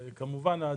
בבקשה.